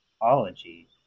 ology